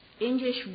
English